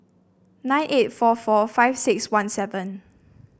nine eight four four five six one seven